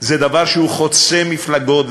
זה דבר שהוא חוצה מפלגות,